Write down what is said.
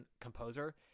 composer